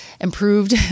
improved